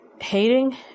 hating